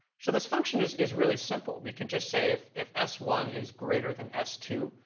so this function is is really simple. we can just say if if s one is greater than s two,